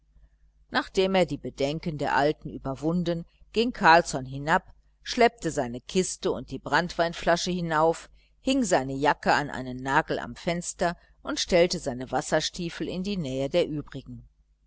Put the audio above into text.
nachdem er die bedenken der alten überwunden ging carlsson hinab schleppte seine kiste und die branntweinflasche hinauf hing seine jacke an einen nagel am fenster und stellte seine wasserstiefel in die nähe der übrigen